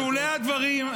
בשולי הדברים,